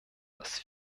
dass